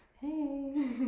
Hey